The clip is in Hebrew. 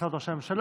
במשרד ראש הממשלה.